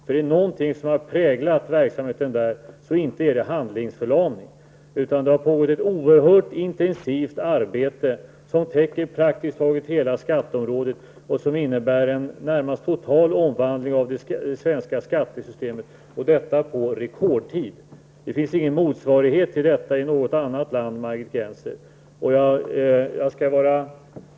Är det någonting som har präglat verksamheten, är det inte handlingsförlamning. Det har pågått ett oerhört intensivt arbete som täckt praktiskt taget hela skatteområdet och som innebär en nästan total omvandling av det svenska skattesystemet -- detta på rekordtid. Det finns ingen motsvarighet till det i något annat land, Margit Gennser.